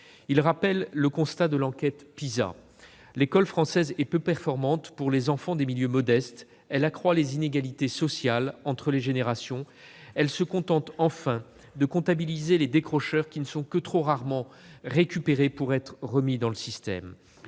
Il rappelle le constat de l'enquête PISA : l'école française est peu performante pour les enfants des milieux modestes ; elle accroît les inégalités sociales entre les générations ; elle se contente de comptabiliser les décrocheurs, qui ne sont que trop rarement récupérés pour être remis dans le système.